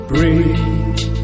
Breathe